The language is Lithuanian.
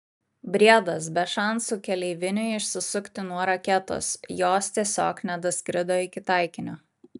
briedas be šansų keleiviniui išsisukti nuo raketos jos tiesiog nedaskrido iki taikinio